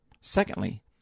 Secondly